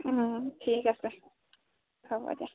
ঠিক আছে হ'ব দিয়া